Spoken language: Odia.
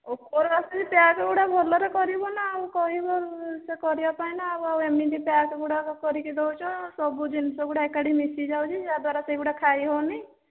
ଉପରୁ ଆସିଛି ପ୍ୟାକ୍ ଗୁଡ଼ା ଭଲରେ କରିବ ନା ଆଉ କହିବ ସେ କରିବା ପାଇଁ ନା ଆଉ ଆଉ ଏମିତି ପ୍ୟାକ୍ ଗୁଡ଼ାକ କରିକି ଦେଉଛ ସବୁ ଜିନିଷ ଗୁଡ଼ା ଏକାଠି ମିଶି ଯାଉଛି ଯାହା ଦ୍ଵାରା ସେଗୁଡ଼ା ଖାଇ ହେଉନି